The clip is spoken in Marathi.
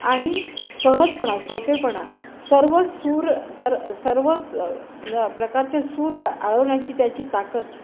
आणि सहजपणा सोपेपणा सर्व सूर सर सर्व प्रकारच्या सूर ग आळवण्याची त्याची ताकद